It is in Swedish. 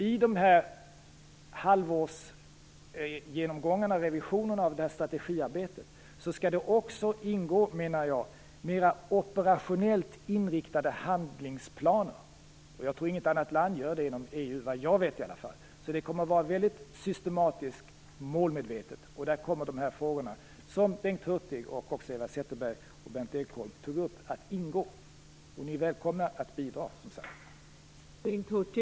I halvårsgenomgångarna och revisionerna av det strategiarbetet skall, menar jag, också ingå mer operationellt inriktade handlingsplaner. Inget annat land gör så, såvitt jag vet. Detta kommer alltså att vara mycket systematiskt och målmedvetet, och här kommer de frågor att ingå som Bengt Hurtig, Eva Zetterberg och Berndt Ekholm här tagit upp. Ni är, som sagt, välkomna att bidra i detta sammanhang.